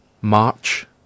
March